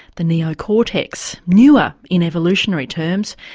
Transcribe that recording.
the neocortex newer in evolutionary terms,